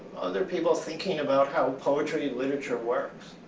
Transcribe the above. other people thinking about how poetry and literature works.